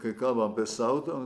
kai kalba apie sau ten